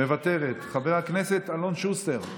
מוותרת, חבר הכנסת אלון שוסטר,